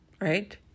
Right